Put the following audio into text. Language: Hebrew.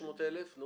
600,000 שקל.